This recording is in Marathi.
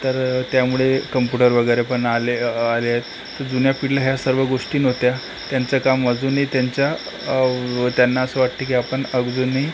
तर त्यामुळे कम्प्युटर वगैरेपण आले आले आहेत तर जुन्या पिढीला ह्या सर्व गोष्टी नव्हत्या त्यांचं काम अजूनही त्यांच्या त्यांना असं वाटतं की आपण अजूनही